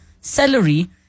salary